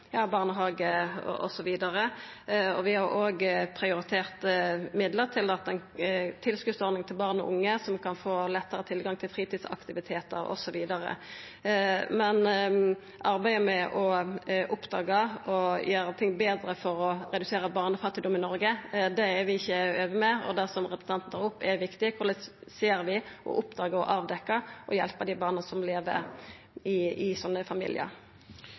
barnehage osv. vert mindre. Vi har òg prioritert midlar til ein tilskotsordning til barn og unge som gjer at dei kan få lettare tilgang til fritidsaktivitetar osv. Arbeidet med å oppdaga og gjera ting betre for å redusera barnefattigdom i Noreg, er vi ikkje ferdige med. Og det som representanten tar opp, er viktig: Korleis ser, oppdagar og hjelper vi dei barna som lever i slike familiar?